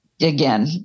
Again